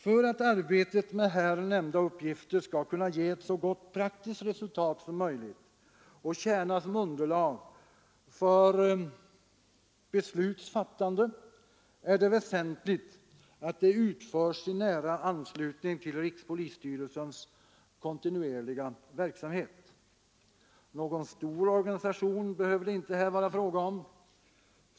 För att arbetet med här nämnda uppgifter skall kunna ge ett så gott praktiskt resultat som möjligt och tjäna som underlag för beslutsfattande är det väsentligt att det utförs i nära anslutning till rikspolisstyrelsens kontinuerliga verksamhet. Någon stor organisation behöver det inte här vara fråga om.